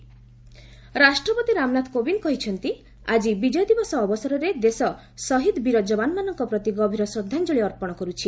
ପ୍ରେଜ୍ ବିଜୟ ଦିବସ ରାଷ୍ଟ୍ରପତି ରାମନାଥ କୋବିନ୍ଦ କହିଛନ୍ତି ଆଜି ବିଜୟ ଦିବସ ଅବସରରେ ଦେଶ ଶହୀଦ ବୀର ଯବାନମାନଙ୍କ ପ୍ରତି ଗଭୀର ଶ୍ରଦ୍ଧାଞ୍ଜଳି ଅର୍ପଣ କରୁଛି